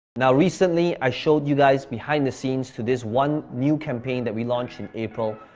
now, recently i showed you guys behind the scenes to this one new campaign that we launched in april,